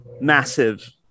massive